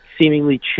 seemingly